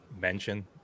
mention